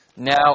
Now